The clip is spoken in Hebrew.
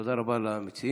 תודה רבה למציעים.